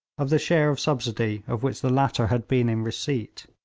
of the share of subsidy of which the latter had been in receipt.